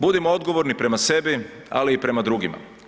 Budimo odgovorni prema sebi, ali i prema drugima.